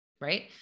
right